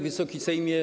Wysoki Sejmie!